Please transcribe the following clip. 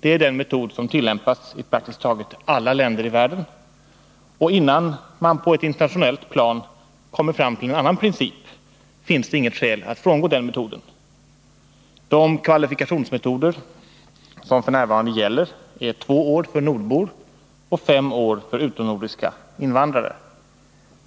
Det är den metod som tillämpas i praktiskt taget alla länder i världen, och innan man på ett internationellt plan kommer fram till någon annan princip finns det inget skäl att frångå den metoden. De kvalifikationstider som f. n. gäller för svenskt medborgarskap är två år i Sverige för nordbor och fem år för utomnordiska invandrare.